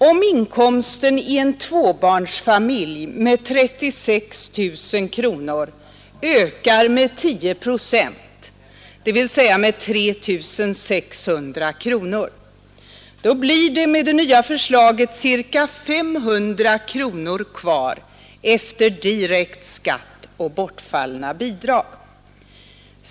Om inkomsten i en tvåbarnsfamilj med 36 000 kronor ökar med 10 procent, dvs. med 3 600 kronor, blir det enligt det nya förslaget bara ca 500 kronor kvar efter direkt skatt och bortfallna bidrag.